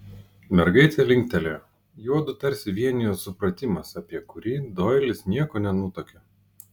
mergaitė linktelėjo juodu tarsi vienijo supratimas apie kurį doilis nieko nenutuokė